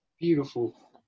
Beautiful